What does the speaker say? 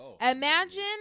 imagine